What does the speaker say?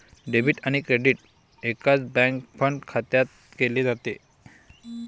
debit आणि credit एकाच bank fund खात्यात केले जाते